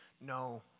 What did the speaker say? no